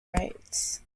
rates